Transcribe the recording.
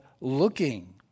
looking